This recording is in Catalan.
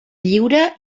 lliure